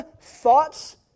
thoughts